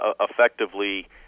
effectively